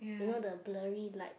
you know the blurry light